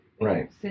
Right